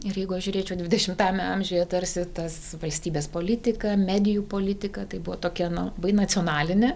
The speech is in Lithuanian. ir jeigu aš žiūrėčiau dvidešimtajame amžiuje tarsi tas valstybės politika medijų politika tai buvo tokia nu bai nacionalinė